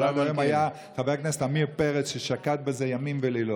אבל עד היום חבר הכנסת עמיר פרץ שקד על זה ימים ולילות.